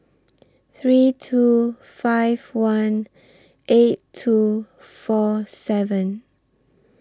three two five one eight two four seven